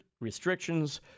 restrictions